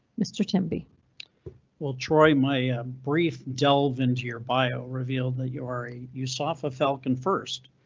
mr temby will troy my brief delve into your bio revealed that you're a usafa falcon first,